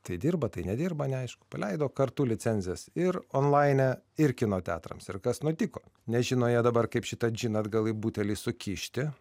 tai dirba tai nedirba neaišku paleido kartu licenzijas ir onlaine ir kino teatrams ir kas nutiko nežino jie dabar kaip šitą džiną atgal į butelį sukišti